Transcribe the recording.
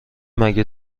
مگه